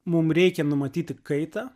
mum reikia numatyti kaitą